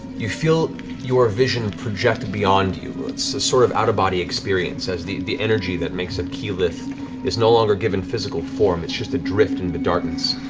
you feel your vision project beyond you. it's a sort of out-of-body experience as the the energy that makes up keyleth is no longer given physical form, it's just adrift in the darkness.